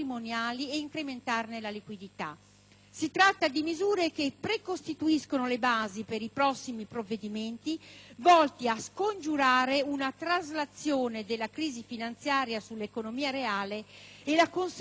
Si tratta di misure che precostituiscono le basi per i prossimi provvedimenti volti a scongiurare una traslazione della crisi finanziaria sull'economia reale e la conseguente penalizzazione delle imprese.